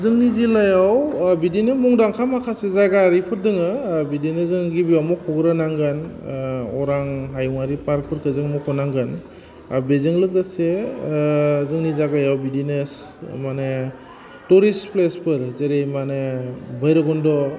जोंनि जिल्लायाव बिदिनो मुंदांखा माखासे जायगा आरिफोर दङ बिदिनो जों गिबियाव मख'ग्रोनांगोन अरां हायुङारि पार्कफोरखौ जों मख'नांगोन बेजों लोगोसे जोंनि जागायाव बिदिनो माने टरिस्ट प्लेसफोर जेरै माने भैरबकन्द'